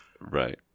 Right